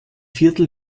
viertel